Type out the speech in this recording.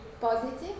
positive